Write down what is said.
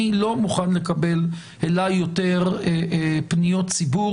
אני לא מוכן לקבל אליי יותר פניות ציבור